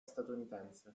statunitense